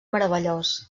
meravellós